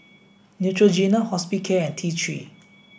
Neutrogena Hospicare and T Three